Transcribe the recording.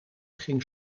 ging